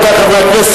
רבותי חברי הכנסת,